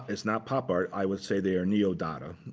it's not pop art. i would say they are neo dada.